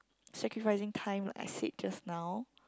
sacrificing time like I said just now